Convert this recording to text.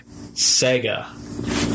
Sega